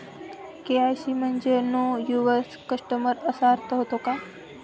KYC म्हणजे know your customer असा अर्थ होतो का?